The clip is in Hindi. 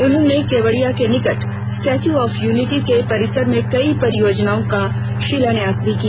उन्होनें केवड़िया के निकट स्टैच्यू ऑफ यूनिटी के परिसर में कई परियोजनाओं का शिलान्यास भी किया